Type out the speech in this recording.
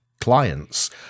clients